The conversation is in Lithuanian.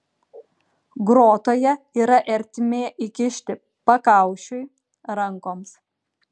grotoje yra ertmė įkišti pakaušiui rankoms